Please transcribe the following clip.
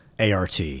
ART